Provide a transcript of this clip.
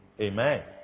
Amen